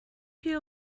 viel